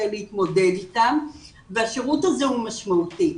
להתמודד איתם והשירות הזה הוא משמעותי.